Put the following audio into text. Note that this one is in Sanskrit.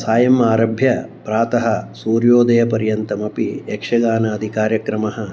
सायम् आरभ्य प्रातः सूर्योदयपर्यन्तमपि यक्षगानादिकार्यक्रमः